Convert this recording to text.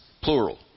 plural